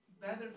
better